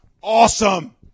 Awesome